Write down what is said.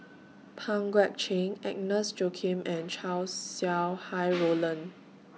Pang Guek Cheng Agnes Joaquim and Chow Sau Hai Roland